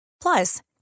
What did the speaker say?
Plus